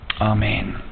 Amen